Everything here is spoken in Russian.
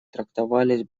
трактовались